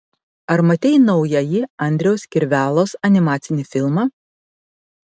ar matei naująjį andriaus kirvelos animacinį filmą